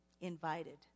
invited